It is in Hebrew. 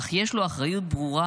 אך יש לו אחריות ברורה,